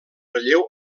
relleu